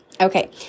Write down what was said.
Okay